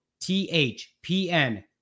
THPN